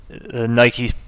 Nike